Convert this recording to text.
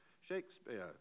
Shakespeare